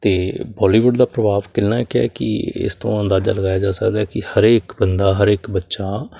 ਅਤੇ ਬੋਲੀਵੁੱਡ ਦਾ ਪ੍ਰਭਾਵ ਕਿੰਨਾ ਕੁ ਹੈ ਕਿ ਇਸ ਤੋਂ ਅੰਦਾਜ਼ਾ ਲਗਾਇਆ ਜਾ ਸਕਦਾ ਕਿ ਹਰੇਕ ਬੰਦਾ ਹਰ ਇੱਕ ਬੱਚਾ